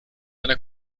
einer